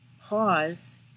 pause